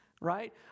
right